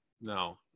No